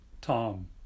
Tom